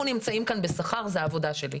אנחנו נמצאים כאן בשכר וזאת העבודה שלנו.